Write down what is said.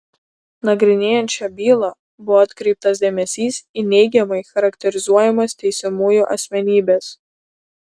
nagrinėjant šią bylą buvo atkreiptas dėmesys į neigiamai charakterizuojamas teisiamųjų asmenybes